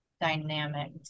dynamic